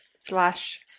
Slash